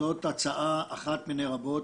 זאת הצעה אחת מיני רבות,